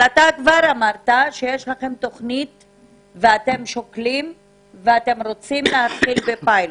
אמרת שאתם רוצים להתחיל פיילוט.